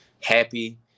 happy